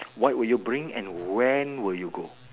what will you bring and when will you go